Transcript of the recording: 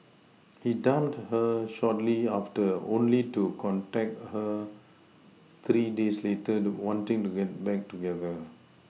he dumped her shortly after only to contact her three days later wanting to get back together